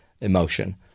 emotion